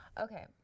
Okay